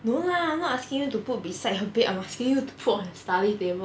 no lah not asking you to put beside your bed I'm asking you to put on your study table